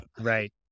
right